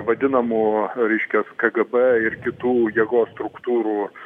vadinamų reiškias kgb ir kitų jėgos struktūrų